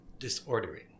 disordering